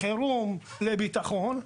לחירום ולביטחון,